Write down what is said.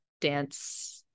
dance